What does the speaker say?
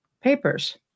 papers